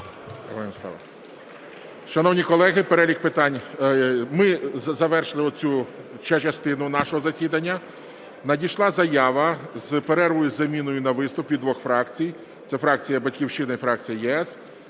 перелік питань… Ми завершили оцю частину нашого засідання. Надійшла заява про перерву з заміною на виступ від двох фракцій – це фракція "Батьківщина" і фракція "ЄС".